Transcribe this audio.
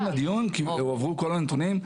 טרם הדיון הועברו כל הנתונים,